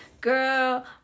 girl